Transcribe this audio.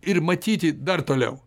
ir matyti dar toliau